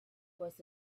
was